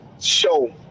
Show